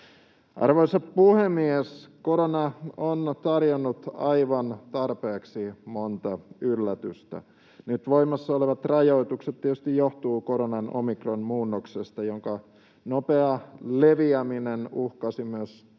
Arvoisa puhemies! Korona on tarjonnut aivan tarpeeksi monta yllätystä. Nyt voimassa olevat rajoitukset tietysti johtuvat koronan omikron-muunnoksesta, jonka nopea leviäminen uhkasi myös